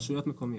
רשויות מקומיות.